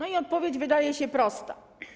Odpowiedź wydaje się prosta.